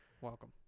Welcome